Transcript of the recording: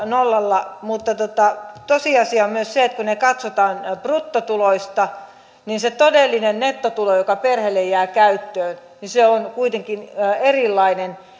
nollalla mutta mutta tosiasia on myös se että kun ne ne katsotaan bruttotuloista niin se todellinen nettotulo joka perheelle jää käyttöön on kuitenkin erilainen